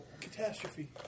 catastrophe